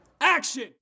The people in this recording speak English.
Action